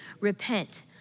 repent